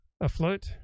afloat